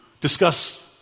discuss